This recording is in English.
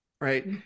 right